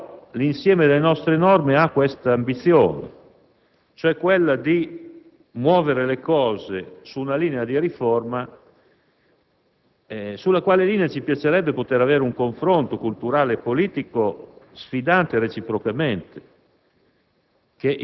però, l'insieme delle nostre norme ha questa ambizione, quella cioè di muovere le cose su una linea di riforma sulla quale ci piacerebbe poter avere un confronto culturale e politico di reciproca